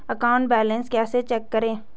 Account balance कैसे check करें?